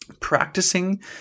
practicing